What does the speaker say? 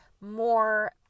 more